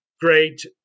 great